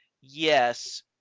yes